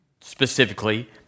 specifically